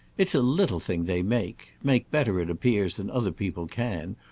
it's a little thing they make make better, it appears, than other people can,